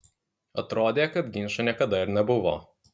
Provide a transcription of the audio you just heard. atrodė kad ginčo niekada ir nebuvo